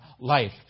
life